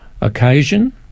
occasion